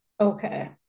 Okay